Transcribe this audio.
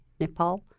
Nepal